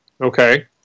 Okay